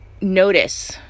notice